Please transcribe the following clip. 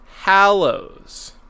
Hallows